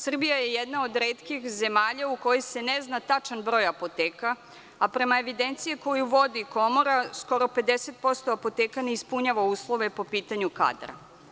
Srbija je jedna od retkih zemalja u kojoj se ne zna tačan broj apoteka, a prema evidenciji koju vodi komora, skoro 50% apoteka ne ispunjava uslove po pitanju kadra.